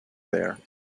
there